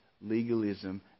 legalism